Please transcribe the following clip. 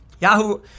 Yahoo